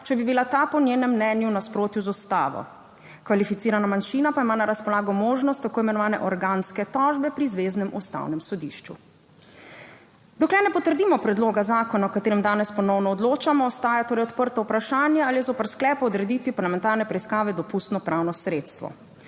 če bi bila ta po njenem mnenju v nasprotju z Ustavo. Kvalificirana manjšina pa ima na razpolago možnost tako imenovane organske tožbe pri zveznem ustavnem sodišču. Dokler ne potrdimo predloga zakona o katerem danes ponovno odločamo, ostaja torej odprto vprašanje ali je zoper sklep o odreditvi parlamentarne preiskave dopustno pravno sredstvo.